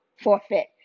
forfeit